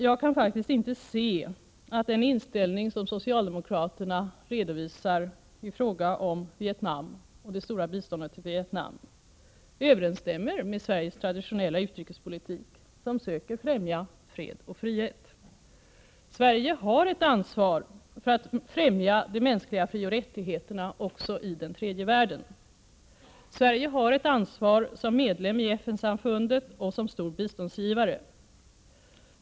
Jag kan faktiskt inte se att den inställning som socialdemokraterna redovisar i fråga om Vietnam och det stora biståndet till detta land överensstämmer med Sveriges traditionella utrikespolitik, som söker främja fred och frihet. Sverige har ett ansvar för att främja de mänskliga frioch rättigheterna också i den tredje världen. Sverige har ett ansvar som medlem i FN samfundet och som stor biståndsgivare.